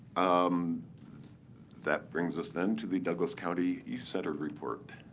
um that brings us then to the douglas county youth center report,